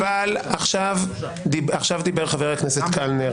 עכשיו דיבר חבר הכנסת קלנר.